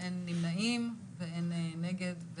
אין מתנגדים ואין נמנעים.